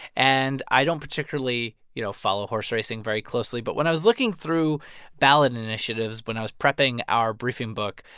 and i don't particularly, you know, follow horse racing very closely. but when i was looking through ballot initiatives when i was prepping our briefing book,